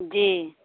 जी